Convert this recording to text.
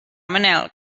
manel